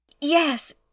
Yes